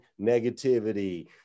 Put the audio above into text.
negativity